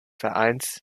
vereins